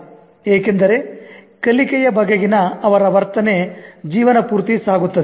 ಏಕೆಂದರೆ ಕಲಿಕೆಯ ಬಗೆಗಿನ ಅವರ ವರ್ತನೆ ಜೀವನಪೂರ್ತಿ ಸಾಗುತ್ತದೆ